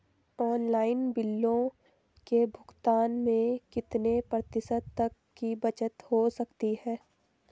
Online बिलों के भुगतान में कितने प्रतिशत तक की बचत हो सकती है?